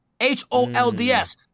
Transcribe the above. H-O-L-D-S